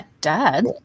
Dad